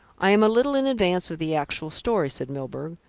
i am a little in advance of the actual story, said milburgh.